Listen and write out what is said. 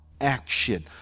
action